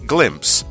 Glimpse